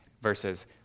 versus